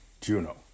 Juno